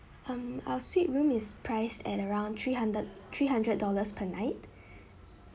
um our suite room is priced at around three hundred three hundred dollars per night